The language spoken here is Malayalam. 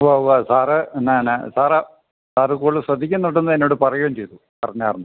ഉവ്വ ഉവ്വ സാറേ എന്നാൽ എന്നാണ് സാർ സാർ കൂടുതൽ ശ്രദ്ധിക്കുന്നുണ്ടെന്ന് എന്നോട് പറയുകയും ചെയ്തു പറഞ്ഞായിരുന്നു